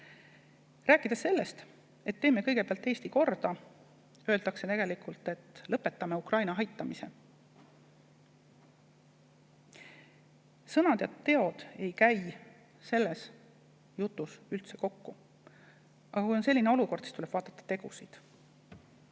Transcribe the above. Rääkides sellest, et teeme kõigepealt Eesti korda, öeldakse tegelikult, et lõpetame Ukraina aitamise. Sõnad ja teod ei käi selles jutus üldse kokku. Aga kui on selline olukord, siis tuleb vaadata tegusid.